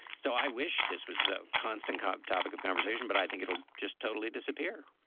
so i wish this was a constant kind of topic of conversation, but i think it will just totally disappear